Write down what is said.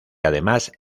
además